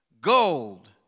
gold